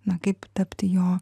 na kaip tapti jo